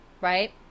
Right